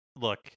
look